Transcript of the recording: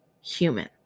human